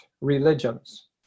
religions